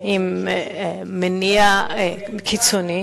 עם מניע קיצוני